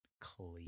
clean